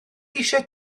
eisiau